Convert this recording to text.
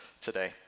today